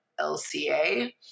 LCA